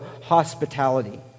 hospitality